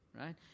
Right